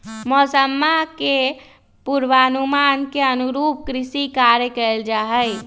मौसम्मा के पूर्वानुमान के अनुरूप कृषि कार्य कइल जाहई